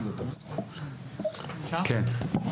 כן.